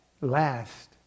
last